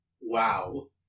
Wow